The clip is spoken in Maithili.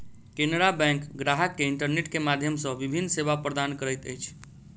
केनरा बैंक ग्राहक के इंटरनेट के माध्यम सॅ विभिन्न सेवा प्रदान करैत अछि